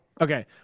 Okay